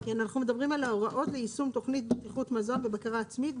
אנחנו מדברים על ההוראות ליישום תוכנית בטיחות מזון בבקרה עצמית,